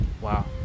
Wow